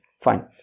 Fine